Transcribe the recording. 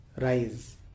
rise